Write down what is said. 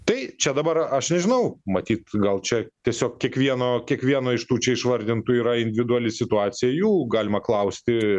tai čia dabar aš nežinau matyt gal čia tiesiog kiekvieno kiekvieną iš tų čia išvardintų yra individuali situacija jų galima klausti